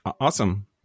awesome